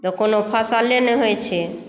तऽ कोनो फसले ने होइ छै